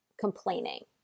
complaining